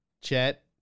Chet